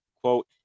quote